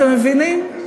אתם מבינים?